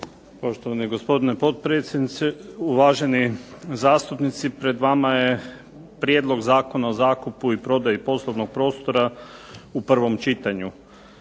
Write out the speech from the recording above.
Poštovani gospodine potpredsjedniče, uvaženi zastupnici pred vama je Prijedlog Zakona o zakupu i prodaji poslovnog prostora u prvom čitanju.